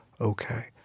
okay